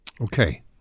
Okay